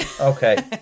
okay